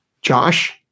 Josh